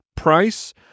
price